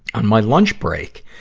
on my lunch break,